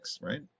right